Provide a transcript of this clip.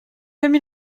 comme